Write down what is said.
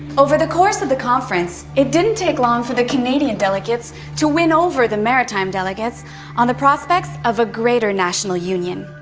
over the course of the conference, it didn't take long for the canadian delegates to win over the maritime delegates on the prospects of a greater national union.